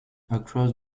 across